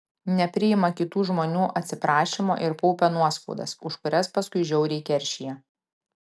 nepriima kitų žmonių atsiprašymo ir kaupia nuoskaudas už kurias paskui žiauriai keršija